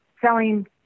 selling